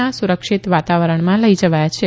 ના સુરક્ષિત વાતાવરણમાં લઈ જવાયા હતા